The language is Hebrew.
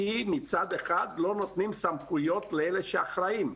כי מצד אחד לא נותנים סמכויות לאלה שאחראים.